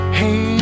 hey